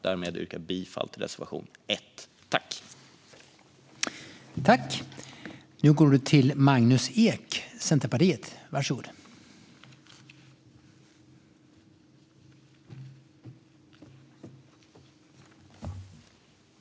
Därmed yrkar jag bifall till reservation 1.